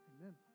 amen